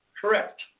Correct